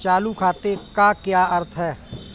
चालू खाते का क्या अर्थ है?